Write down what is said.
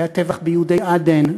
היה טבח ביהודי עדן.